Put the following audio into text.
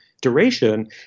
duration